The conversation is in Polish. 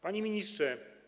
Panie Ministrze!